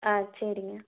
ஆ சரிங்க